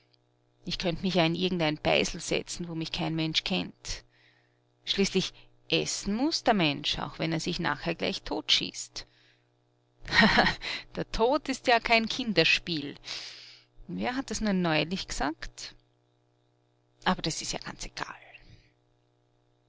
ich könnt mich ja in irgendein beisl setzen wo mich kein mensch kennt schließlich essen muß der mensch auch wenn er sich nachher gleich totschießt haha der tod ist ja kein kinderspiel wer hat das nur neulich gesagt aber das ist ja ganz egal